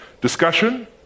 Discussion